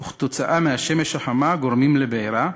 ובשל השמש החמה גורמות לבעירה.